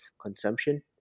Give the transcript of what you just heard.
consumption